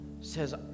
says